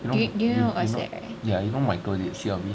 you you know michael did C_L_B